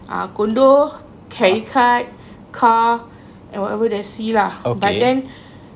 uh condo credit card car and whatever the C lah but then